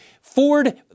Ford